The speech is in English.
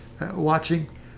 watching